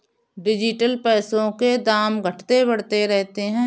digital पैसों के दाम घटते बढ़ते रहते हैं